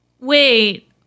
wait